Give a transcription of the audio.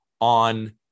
on